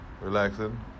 relaxing